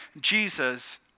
Jesus